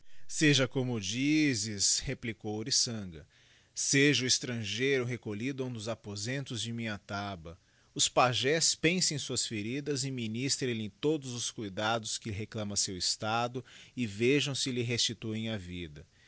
seja como ilizes replicou oriçanga seja o estrangeiro recolhido a um dos aposentos de minha taha os pagés pensem suas feridas e ministrem lhe todos os cuidados que reclama seu estado e vejam se lhe restituem a vida